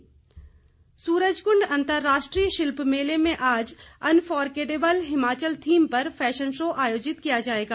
शिल्प मेला सुरजकुंड अंतर्राष्ट्रीय शिल्प मेले में आज अनफॉरगेटेबल हिमाचल थीम पर फैशन शो आयोजित किया जाएगा